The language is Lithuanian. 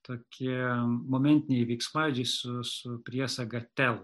tokie momentiniai veiksmažodžiai su s priesaga tel